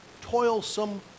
toilsome